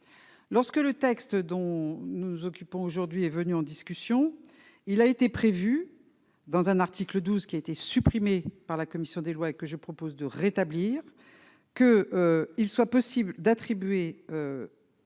lorsque le texte dont nous nous occupons aujourd'hui est venue en discussion, il a été prévu, dans un article 12 qui a été supprimée par la commission des lois et que je propose de rétablir que il soit possible d'attribuer